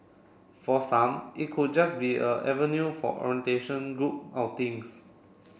for some it could just be a avenue for orientation group outings